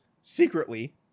secretly